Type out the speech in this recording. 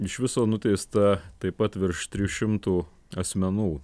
iš viso nuteista taip pat virš trijų šimtų asmenų